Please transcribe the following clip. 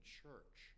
church